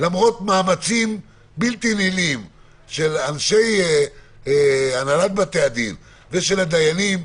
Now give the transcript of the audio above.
למרות מאמצים בלתי נלאים של הנהלת בתי-הדין ושל הדיינים